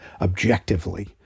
objectively